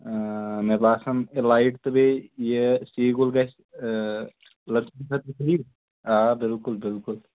مےٚ باسان لایِٹ تہٕ بیٚیہِ یہِ سی گُل گژھِ مطلب آ بِلکُل بِلکُل